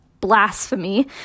blasphemy